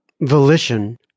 volition